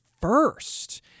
first